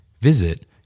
Visit